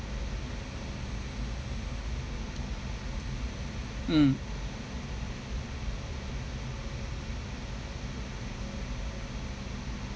mm